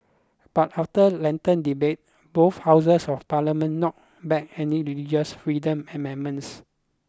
but after lengthy debate both houses of parliament knocked back any religious freedom amendments